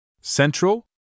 Central